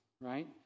right